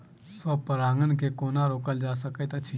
स्व परागण केँ कोना रोकल जा सकैत अछि?